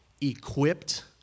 equipped